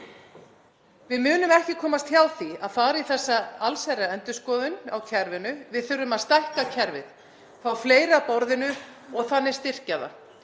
Við munum ekki komast hjá því að fara í þessa allsherjarendurskoðun á kerfinu. Við þurfum að stækka kerfið, fá fleiri að borðinu og þannig styrkja það.